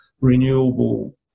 Renewable